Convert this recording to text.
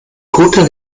guter